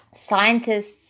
Scientists